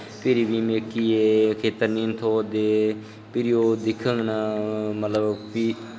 फ्ही बी मिगी एह् खेत्तर निं थ्होआ दे फ्ही ओह् दिखङन ओह् फ्ही